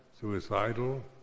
suicidal